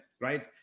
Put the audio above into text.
right